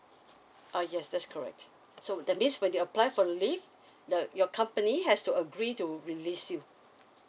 uh yes that's correct so that means when you apply for the leave the your company has to agree to release you